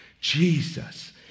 Jesus